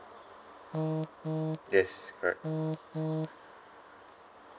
yes correct